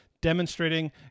demonstrating